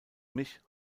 mich